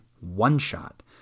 One-Shot